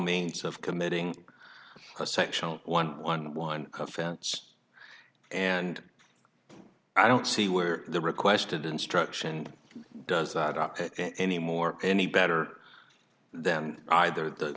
means of committing a sexual one on one offense and i don't see where the requested instruction does that any more any better than either the